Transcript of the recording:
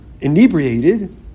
inebriated